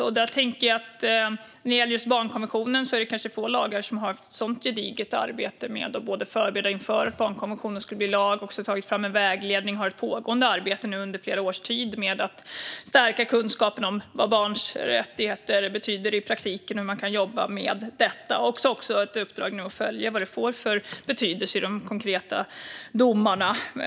När det gäller barnkonventionen är det kanske få lagar som har ett lika gediget arbete bakom sig. Det handlar om förberedelser inför att barnkonventionen skulle bli lag. Framtagandet av en vägledning har under flera års tid varit ett pågående arbete. Den ska stärka kunskapen om vad barns rättigheter betyder i praktiken och hur man kan jobba med detta. Det finns även ett uppdrag att följa vad det får för betydelse i de konkreta domarna.